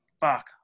fuck